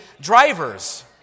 drivers